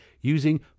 using